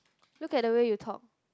look at the way you talk